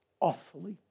awfully